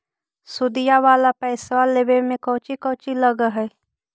सुदिया वाला पैसबा लेबे में कोची कोची लगहय?